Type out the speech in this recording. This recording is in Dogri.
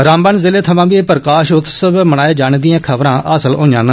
रामबन जिले थमां बी प्रकाश उत्सव मनाने दिआं खबरां हासल होईयां न